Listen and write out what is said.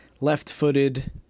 left-footed